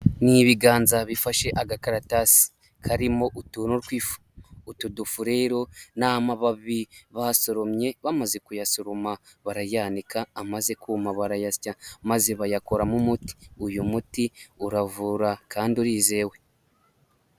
Ni ibiganza bifashe agakaratasi karimo utuntu tw'ifu. Utu dufu rero n'amababi bahasoromye bamaze kuyasoroma barayanika amaze kuma barayasya maze bayakoramo umuti. Uyu muti uravura kandi urizewe.